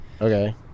Okay